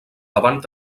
davant